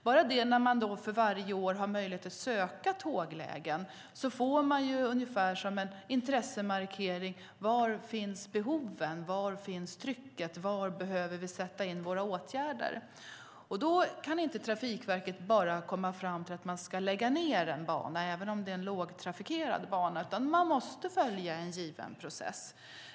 För varje år finns det möjlighet att ansöka om tåglägen, och då får man en intressemarkering om var behoven och trycket finns och var åtgärderna behöver sättas in. Trafikverket kan då inte bara komma fram till att man ska lägga ned en bana även om det är en lågtrafikerad bana, utan man måste följa en given process.